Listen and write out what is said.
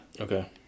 Okay